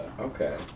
Okay